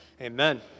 Amen